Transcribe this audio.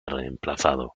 reemplazado